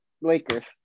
Lakers